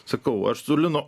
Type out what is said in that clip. sakau aš su linu